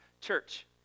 church